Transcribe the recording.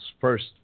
first